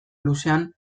luzean